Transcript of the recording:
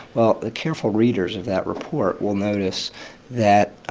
well, the careful readers of that report will notice that